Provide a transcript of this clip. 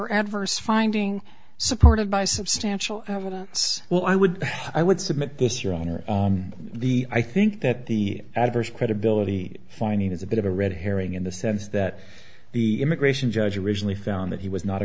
or adverse finding supported by substantial evidence well i would i would submit this your honor the i think that the adverse credibility finding is a bit of a red herring in the sense that the immigration judge originally found that he was not a